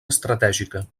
estratègica